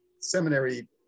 seminary